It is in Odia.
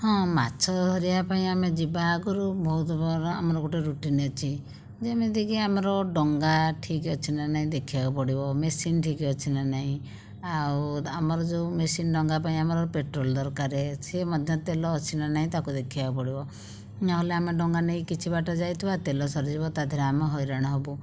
ହଁ ମାଛ ଧରିବା ପାଇଁ ଆମେ ଯିବା ଆଗରୁ ବହୁତ ବର ଆମର ଗୋଟେ ରୁଟିନ୍ ଅଛି ଯେମିତି କି ଆମର ଡଙ୍ଗା ଠିକ୍ ଅଛି ନା ନାହିଁ ଦେଖିବାକୁ ପଡ଼ିବ ମେସିନ୍ ଠିକ୍ ଅଛି ନା ନାହିଁ ଆଉ ଆମର ଯେଉଁ ମେସିନ୍ ଡଙ୍ଗା ପାଇଁ ଆମର ପେଟ୍ରୋଲ୍ ଦରକାର ସେ ମଧ୍ୟ ତେଲ ଅଛି ନା ନାହିଁ ତାକୁ ଦେଖିବାକୁ ପଡ଼ିବ ନହେଲେ ଆମେ ଡଙ୍ଗା ନେଇ କିଛି ବାଟ ଯାଇଥିବା ତେଲ ସରିଯିବ ତା ଦେହରେ ଆମେ ହଇରାଣ ହେବୁ